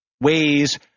ways